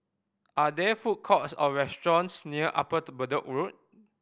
are there food courts or restaurants near Upper Bedok Road